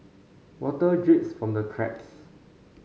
water drips from the cracks